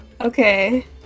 Okay